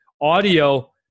audio